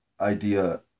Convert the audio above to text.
idea